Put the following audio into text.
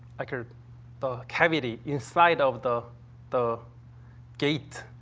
like, ah the cavity inside of the the gate?